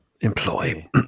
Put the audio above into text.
employ